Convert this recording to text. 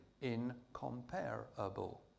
incomparable